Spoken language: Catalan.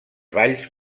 valls